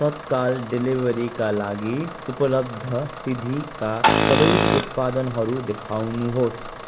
तत्काल डेलिभरीका लागि उपलब्ध सिधीका सबै उत्पादनहरू देखाउनुहोस्